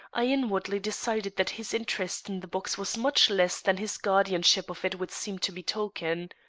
i inwardly decided that his interest in the box was much less than his guardianship of it would seem to betoken.